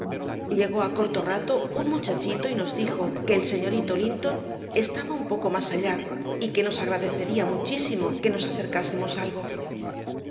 llegó a corto rato un muchachito y nos dijo que el señorito linton estaba un poco más allá y que nos agradecería muchísimo que nos acercásemos algo